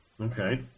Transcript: Okay